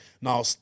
Now